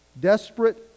desperate